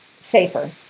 safer